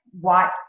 white